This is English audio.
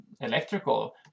electrical